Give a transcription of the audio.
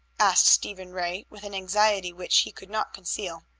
asked stephen ray with an anxiety which he could not conceal.